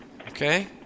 Okay